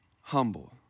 humble